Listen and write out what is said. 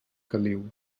caliu